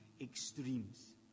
extremes